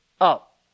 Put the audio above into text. up